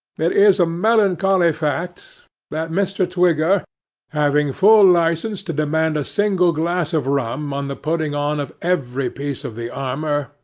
it is a melancholy fact that mr. twigger having full licence to demand a single glass of rum on the putting on of every piece of the armour,